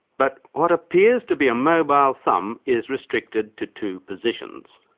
but what appears to be a mobile thumb is restricted to two positions